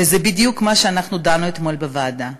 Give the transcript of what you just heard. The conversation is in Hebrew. וזה בדיוק מה שאנחנו דנו עליו אתמול בוועדה.